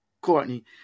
Courtney